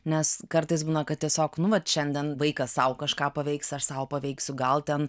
nes kartais būna kad tiesiog nu vat šiandien vaikas sau kažką paveiks aš sau paveiksiu gal ten